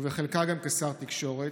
ובחלקה גם כשר תקשורת,